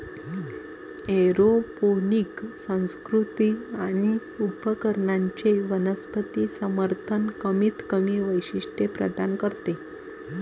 aeroponic संस्कृती आणि उपकरणांचे वनस्पती समर्थन कमीतकमी वैशिष्ट्ये प्रदान करते